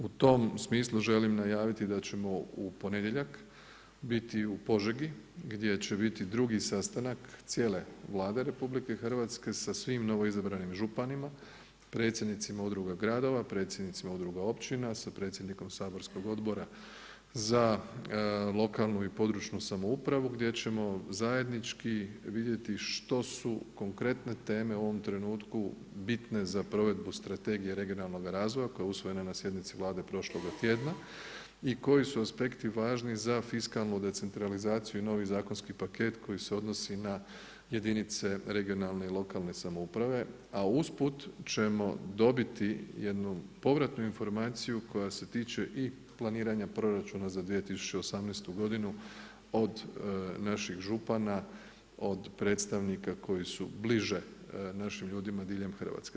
U tom smislu želim najaviti da ćemo u ponedjeljak biti u Požegi gdje će biti drugi sastanak cijele Vlade RH sa svim novoizabranim županima, predsjednicima udruga gradova, predsjednicima udruga općina sa predsjednikom saborskog Odbora za lokalnu i područnu samoupravu gdje ćemo zajednički vidjeti što su konkretne teme u ovom trenutku bitne za provedbu Strategije regionalnoga razvoja koja je usvojena na sjednici Vlade prošloga tjedna i koji su aspekti važni za fiskalnu decentralizaciju i novi zakonski paket koji se odnosi na jedinice regionalne i lokalne samouprave, a usput ćemo dobiti jednu povratnu informaciju koja se tiče i planiranja proračuna za 2018. godinu od naših župana, od predstavnika koji su bliže našim ljudima diljem Hrvatske.